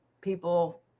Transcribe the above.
people